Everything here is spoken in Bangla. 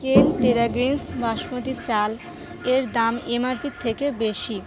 কেন টেরা গ্রিন্স বাসমতি চাল এর দাম এমআরপি থেকে বেশি